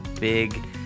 big